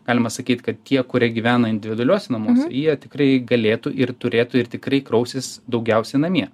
galima sakyt kad tie kurie gyvena individualiuose namuose jie tikrai galėtų ir turėtų ir tikrai krausis daugiausia namie